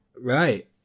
Right